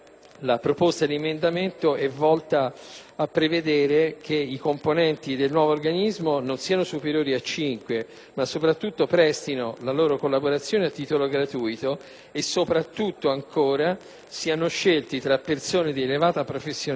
a prevedere che i componenti del nuovo organismo non siano superiori a cinque, ma soprattutto che prestino la loro collaborazione a titolo gratuito, e ancora che siano scelti tra persone di elevata professionalità, anche estranee all'amministrazione,